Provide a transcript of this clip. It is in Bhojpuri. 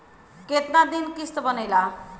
कितना दिन किस्त बनेला?